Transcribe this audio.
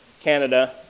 Canada